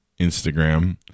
Instagram